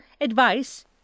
Advice